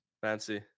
fancy